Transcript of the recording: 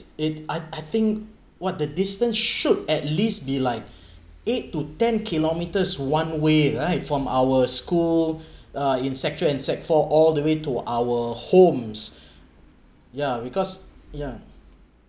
it I I think what the distance should at least be like eight to ten kilometers one way right from our school uh in sec three and sec four all the way to our homes yeah because yeah